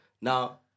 Now